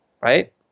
Right